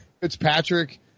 Fitzpatrick